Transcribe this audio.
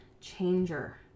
changer